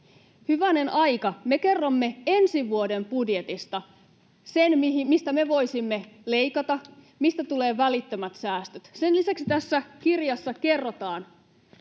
Hyvänen aika, me kerromme ensi vuoden budjetista, sen, mistä me voisimme leikata, mistä tulee välittömät säästöt. Sen lisäksi tässä kirjassa [Puhuja